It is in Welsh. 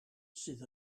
sydd